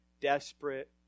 desperate